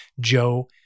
Joe